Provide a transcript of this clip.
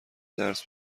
درس